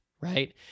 right